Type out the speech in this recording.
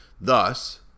Thus